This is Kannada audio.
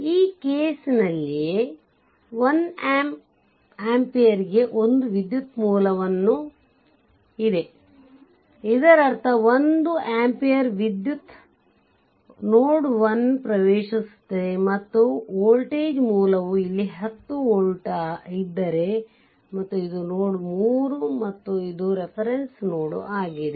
ಈ ಕೇಸ್ ನಲ್ಲಿಯೇ1ಅಂಪ್ಸ್ಆಂಪಿಯರ್ಗೆ ಒಂದು ವಿದ್ಯುತ್ ಮೂಲವನ್ನು ಇದೆಇದರರ್ಥ 1 ಆಂಪಿಯರ್ ವಿದ್ಯುತ್ ನೋಡ್ 1 ಪ್ರವೇಶಿಸುತ್ತದೆ ಮತ್ತು ವೋಲ್ಟೇಜ್ ಮೂಲವು ಇಲ್ಲಿ 10 ವೋಲ್ಟ್ ಇದ್ದರೆ ಮತ್ತು ಇದು ನೋಡ್ 3 ಮತ್ತು ಇದು ರೆಫೆರೆಂಸ್ ನೋಡ್ ಆಗಿದೆ